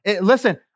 Listen